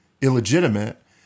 illegitimate